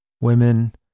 Women